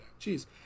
Jeez